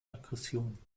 aggressionen